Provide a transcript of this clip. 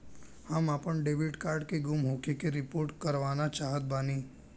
हम आपन debit card के गुम होखे के रिपोर्ट करवाना चाहत बानी